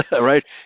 right